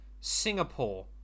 Singapore